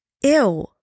Ew